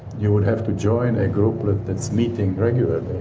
you would have to join a group that's meeting regularly